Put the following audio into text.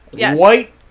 White